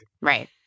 Right